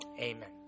amen